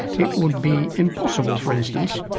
it would be impossible, for instance,